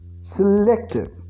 selective